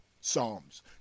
Psalms